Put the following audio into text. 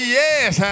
yes